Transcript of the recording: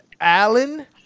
Allen